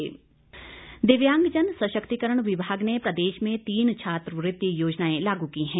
छात्रवृति दिव्यांगजन सशक्तिकरण विभाग ने प्रदेश में तीन छात्रवृत्ति योजनाएं लागू की हैं